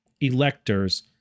electors